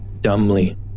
dumbly